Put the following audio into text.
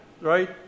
right